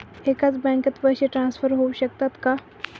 एकाच बँकेत पैसे ट्रान्सफर होऊ शकतात का?